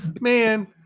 Man